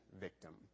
victim